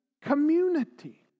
community